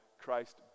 christ